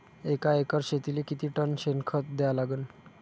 एका एकर शेतीले किती टन शेन खत द्या लागन?